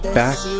back